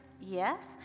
Yes